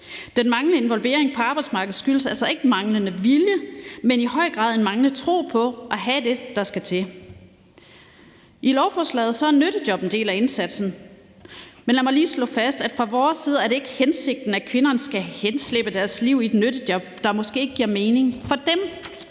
Den manglende involvering på arbejdsmarkedet skyldes altså ikke manglende vilje, men i høj grad en manglende tro på at have det, der skal til. I lovforslaget er nyttejob en del af indsatsen, men lad mig lige slå fast, at fra vores side er det ikke hensigten, at kvinderne skal henslæbe deres liv i et nyttejob, der måske ikke giver mening for dem.